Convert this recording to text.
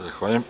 Zahvaljujem.